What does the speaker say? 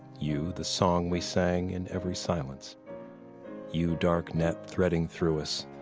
you, the song we sang in every silence you, dark net threading through us.